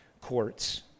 courts